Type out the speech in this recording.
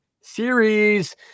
Series